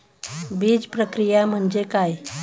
बीजप्रक्रिया म्हणजे काय?